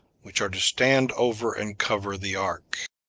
which are to stand over and cover the ark.